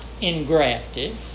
engrafted